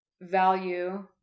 value